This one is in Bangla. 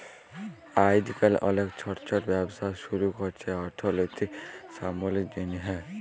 আইজকাল অলেক ছট ছট ব্যবসা ছুরু ক্যরছে অথ্থলৈতিক সাবলম্বীর জ্যনহে